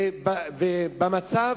היום,